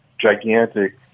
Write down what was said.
gigantic